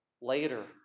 later